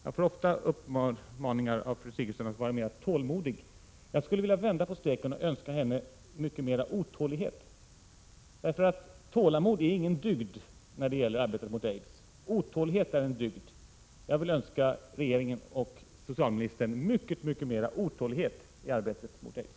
Jag får ofta uppmaningar av fru Sigurdsen att vara mer tålmodig. Men jag skulle vilja vända på steken och önska henne mycket mer otålighet. Tålamod är nämligen ingen dygd när det gäller arbetet mot aids. Otålighet är däremot en dygd, och jag vill önska regeringen och socialministern mycket mer otålighet i arbetet mot aids.